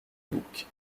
bouc